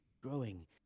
growing